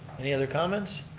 any other comments?